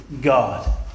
God